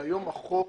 שהיום החוק